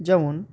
যেমন